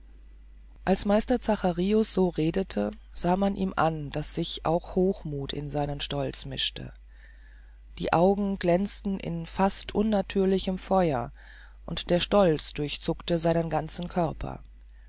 als meister zacharius so redete sah man ihm an daß sich auch hochmuth in seinen stolz mischte die augen glänzten in fast unnatürlichem feuer und der stolz durchzuckte seinen ganzen körper